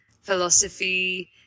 philosophy